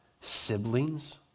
siblings